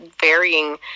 varying